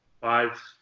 five